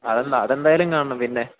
അതെന്താ അതെന്തായാലും കാണണം പിന്നെ